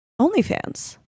OnlyFans